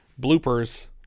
bloopers